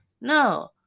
No